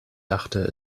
dachte